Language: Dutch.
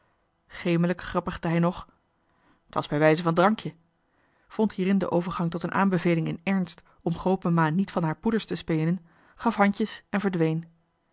grappigde hij nog t was bij wijze van drankje vond hierin den overgang tot een aanbeveling in ernst om grootmama niet van haar poeders te spenen gaf handjes en verdween